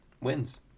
wins